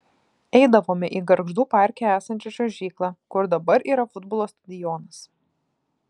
eidavome į gargždų parke esančią čiuožyklą kur dabar yra futbolo stadionas